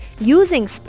using